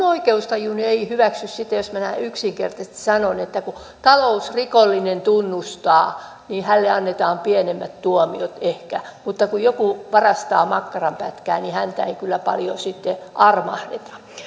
oikeustajuni ei hyväksy sitä jos minä näin yksinkertaisesti sanon että kun talousrikollinen tunnustaa niin hänelle annetaan pienemmät tuomiot ehkä mutta kun joku varastaa makkaranpätkän niin häntä ei kyllä paljon sitten armahdeta